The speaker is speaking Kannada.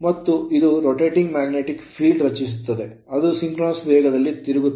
ಮತ್ತು ಇದು rotating magnetic field ತಿರುಗುವ ಕಾಂತೀಯ ಕ್ಷೇತ್ರವನ್ನು ರಚಿಸುತ್ತದೆ ಅದು ಸಿಂಕ್ರೋನಸ್ ವೇಗದಲ್ಲಿ ತಿರುಗುತ್ತದೆ